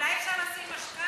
אולי אפשר לשים משכנתה,